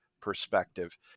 perspective